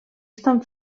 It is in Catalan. estan